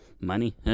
money